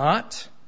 not the